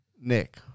Nick